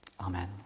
Amen